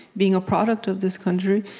being a product of this country.